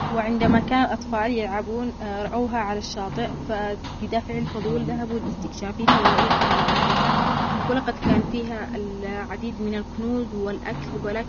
في أثناء عاصفة قوية، جُرفت سفينة غامضة إلى شاطئ قرية صغيرة. السفينة كانت قديمة ومغطاة بالأعشاب البحرية، وبدت خالية تمامًا. تجمع أهل القرية بفضول وخوف، متسائلين عن سرها. حينما اقترب